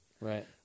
Right